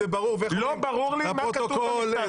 לא ברור לי מה כתוב במכתב שלך.